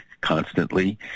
constantly